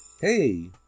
Hey